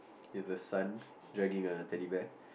with a son dragging a Teddy Bear